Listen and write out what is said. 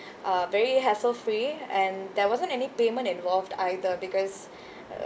uh very hassle free and there wasn't any payment involved either because uh